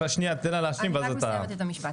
אסיים את המשפט.